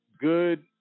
good